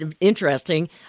Interesting